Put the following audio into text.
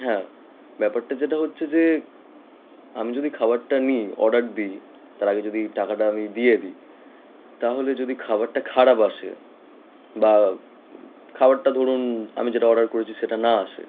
হ্যাঁ ব্যাপারটা যেটা হচ্ছে যে আমি যদি খাবারটা নিই অর্ডার দিই তার আগে যদি টাকাটা আমি দিয়ে দিই তাহলে যদি খাবারটা খারাপ আসে বা খাবারটা ধরুন আমি যেটা অর্ডার করেছি সেটা না আসে